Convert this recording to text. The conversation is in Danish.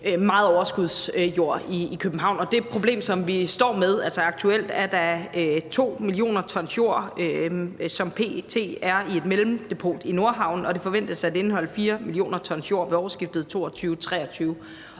meget overskudsjord i København, og det problem, som vi aktuelt står med, er, at der er 2 mio. t jord, som p.t. er i et mellemdepot i Nordhavn, og det forventes at indeholde 4 mio. t jord ved årsskiftet 2022/23.